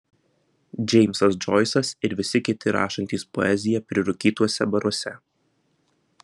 džeimsas džoisas ir visi kiti rašantys poeziją prirūkytuose baruose